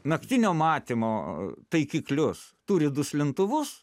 naktinio matymo taikiklius turit duslintuvus